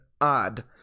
odd